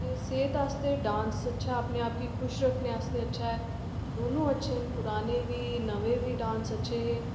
ते सेह्त आस्तै डांस अच्छा ऐ अपने आप गी खुश रक्खने आस्तै अच्छा दोनो अच्छे न पराने बी नमें बी डांस अच्छे हे